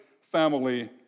family